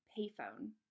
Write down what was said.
payphone